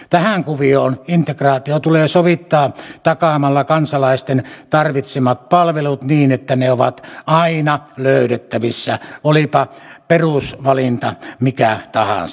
tähän kuvioon integraatio tulee sovittaa takaamalla kansalaisten tarvitsemat palvelut niin että ne ovat aina löydettävissä olipa perusvalinta mikä tahansa